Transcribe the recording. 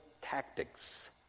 tactics